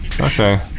Okay